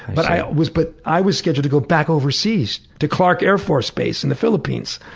but i was but i was scheduled to go back overseas to clark air force base in the philippines,